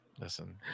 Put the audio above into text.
Listen